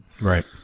Right